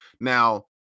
Now